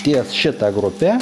ties šita grupe